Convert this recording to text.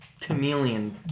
chameleon